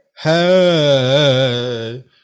Hey